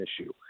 issue